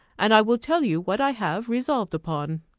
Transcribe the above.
and i will tell you what i have resolved upon.